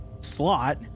slot